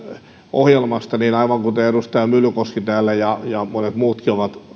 ohjelmasta että aivan kuten edustaja myllykoski täällä ja monet muutkin ovat